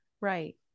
Right